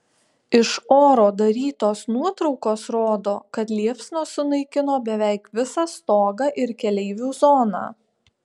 iš oro darytos nuotraukos rodo kad liepsnos sunaikino beveik visą stogą ir keleivių zoną